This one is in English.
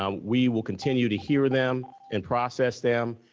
um we will continue to hear them and process them.